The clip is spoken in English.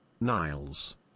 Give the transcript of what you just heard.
Niles